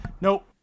nope